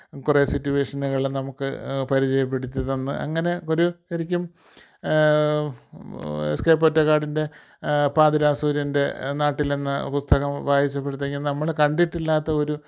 കുറേ സിറ്റുവേഷനുകൾ നമുക്ക് പരിചയപ്പെടുത്തി തന്ന് അങ്ങനെ ഒരു ശരിക്കും എസ് കെ പൊറ്റക്കാടിൻറെ പാതിരാസൂര്യൻറെ നാട്ടിലെന്ന പുസ്തകം വായിച്ചപ്പോഴത്തേക്കും നമ്മൾ കണ്ടിട്ടില്ലാത്ത ഒരു